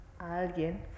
alguien